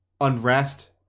Unrest